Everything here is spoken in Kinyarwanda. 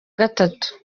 gatatu